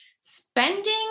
spending